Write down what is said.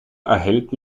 erhält